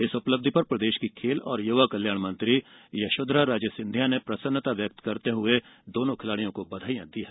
इस उपलब्धि पर प्रदेश की खेल और युवा कल्याण मंत्री यशोधरा राजे सिंधिया ने प्रसन्नता व्यक्त करते हुए उन्हें बधाई दी है